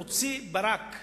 להוציא את ברק,